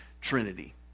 trinity